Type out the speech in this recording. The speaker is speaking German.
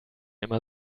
immer